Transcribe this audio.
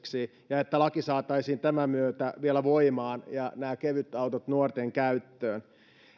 ja jotta laki saataisiin tämän myötä vielä voimaan ja nämä kevytautot nuorten käyttöön